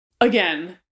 again